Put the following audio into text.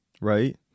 Right